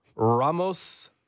Ramos